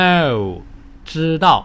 No知道